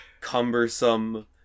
cumbersome